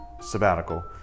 sabbatical